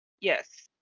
yes